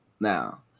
Now